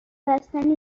بستنی